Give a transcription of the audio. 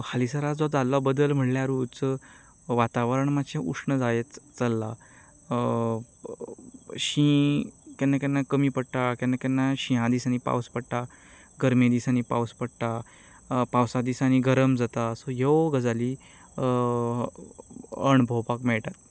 हालीसारा जो जाल्लो बदल म्हळ्यारूच वातावरण मातशें उश्ण जायत चल्लां शीं केन्ना केन्नाय कमी पडटा केन्ना केन्नाय शिॆया दिसांनी पावस पडटा गरमे दिसांनी पावस पडटा पावसा दिसांनी गरम जाता सो ह्यो गजाली अणभवपाक मेळटात